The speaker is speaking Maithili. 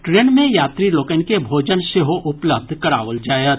ट्रेन मे यात्री लोकनि के भोजन सेहो उपलब्ध कराओल जायत